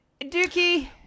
Dookie